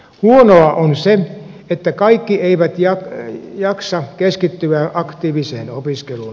huonoa on se että kaikki eivät jaksa keskittyä aktiiviseen opiskeluun